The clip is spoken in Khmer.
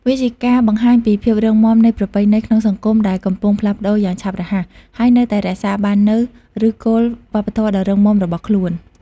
វាជាការបង្ហាញពីភាពរឹងមាំនៃប្រពៃណីនៅក្នុងសង្គមដែលកំពុងផ្លាស់ប្ដូរយ៉ាងឆាប់រហ័ស ហើយនៅតែរក្សាបាននូវឫសគល់វប្បធម៌ដ៏រឹងមាំរបស់ខ្លួន។